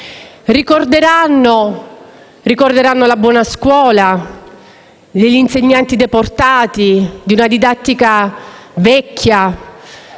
Ricorderanno la buona scuola, con gli insegnanti "deportati" e una didattica vecchia;